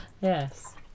yes